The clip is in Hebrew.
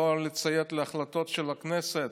לא לציית להחלטות של הכנסת,